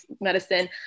medicine